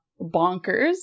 Bonkers